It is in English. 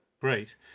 Great